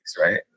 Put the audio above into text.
right